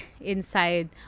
inside